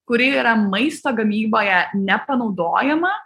kuri yra maisto gamyboje nepanaudojama